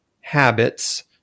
habits